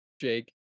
Jake